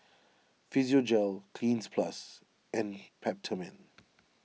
Physiogel Cleanz Plus and Peptamen